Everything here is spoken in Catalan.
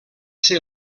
ser